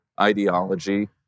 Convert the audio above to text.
ideology